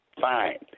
fine